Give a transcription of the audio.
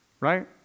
Right